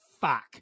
fuck